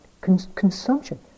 consumption